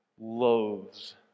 loathes